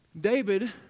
David